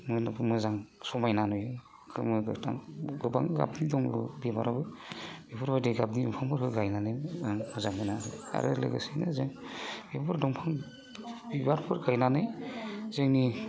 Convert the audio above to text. नुनोबो मोजां समायना नुयो गोमो गोथां गोबां गाबनि दङ बिबाराबो बेफोरबायदि गाबनि बिफांफोरखौ गायनानै आं मोजां मोनो आरो लोगोसेनो जों बेफोर दंफां बिबारफोर गायनानै जोंनि